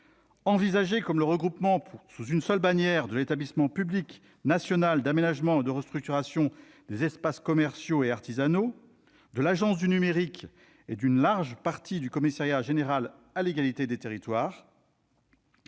envisagée comme le regroupement sous une seule bannière de l'Établissement public national d'aménagement et de restructuration des espaces commerciaux et artisanaux, de l'Agence du numérique et d'une large partie du Commissariat général à l'égalité des territoires,